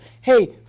Hey